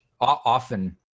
often